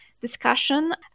discussion